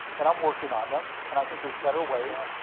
and i'm working on them, and i think there's better ways,